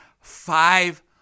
five